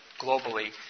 globally